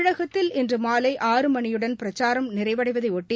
தமிழகத்தில் இன்று மாலை ஆறு மணியுடன் பிரச்சாரம் நிறைவடைவதையொட்டி